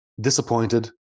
Disappointed